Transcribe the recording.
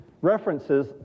references